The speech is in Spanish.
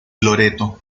loreto